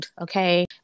okay